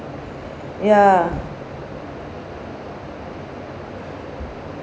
ya